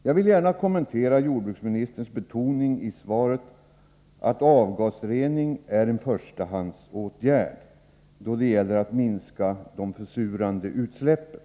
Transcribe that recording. Jag vill kommentera jordbruksministerns betoning i svaret av att avgasreningen är en förstahandsåtgärd då det gäller att minska de försurande utsläppen.